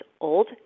old